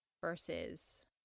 versus